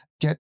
Get